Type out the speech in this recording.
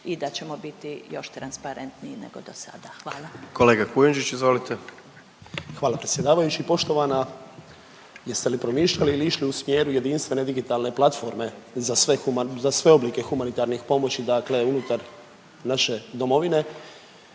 i da ćemo biti još transparentniji nego do sada. Hvala. **Jandroković, Gordan (HDZ)** Kolega Kujundžić izvolite. **Kujundžić, Ante (MOST)** Hvala predsjedavajući. Poštovana, jeste li promišljali ili išli u smjeru jedinstvene digitalne platforme za sve oblike humanitarnih pomoći unutar naše domovine